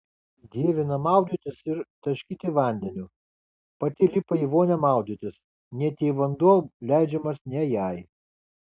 dievina maudytis ir taškyti vandeniu pati lipa į vonią maudytis net jei vanduo leidžiamas ne jai